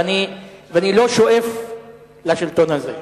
ואני לא שואף לשלטון הזה.